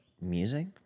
music